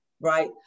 right